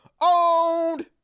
Owned